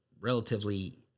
relatively